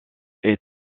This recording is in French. est